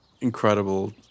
Incredible